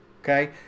Okay